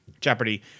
Jeopardy